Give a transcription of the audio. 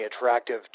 attractive